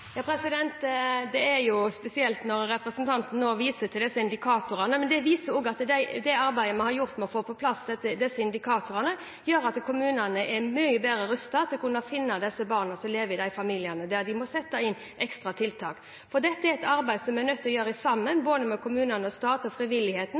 Det er spesielt at representanten nå viser til disse indikatorene, men det viser også at det arbeidet vi har gjort med å få på plass indikatorene, gjør at kommunene er mye bedre rustet til å kunne finne barna som lever i de familiene der det må settes inn ekstra tiltak. Dette er et arbeid vi er nødt til å gjøre sammen – både med kommunene, staten og frivilligheten – for å hjelpe barna som lever i